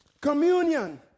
Communion